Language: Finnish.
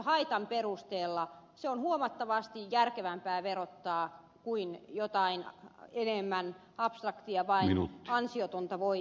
ympäristöhaitan perusteella on huomattavasti järkevämpää verottaa kuin jotain enemmän abstraktia vain ansiotonta voittoa